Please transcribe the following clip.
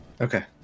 okay